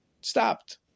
stopped